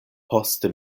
poste